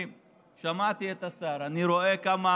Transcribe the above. שמעתי את השר, ואני רואה כמה